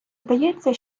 здається